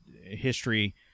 history